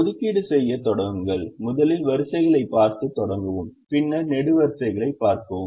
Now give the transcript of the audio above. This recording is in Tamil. ஒதுக்கீடு செய்யத் தொடங்குங்கள் முதலில் வரிசைகளைப் பார்த்து தொடங்கவும் பின்னர் நெடுவரிசைகளைப் பார்க்கவும்